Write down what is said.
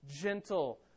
gentle